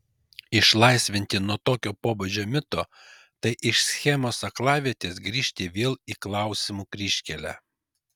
išsilaisvinti nuo tokio pobūdžio mito tai iš schemos aklavietės grįžti vėl į klausimų kryžkelę